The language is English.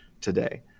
today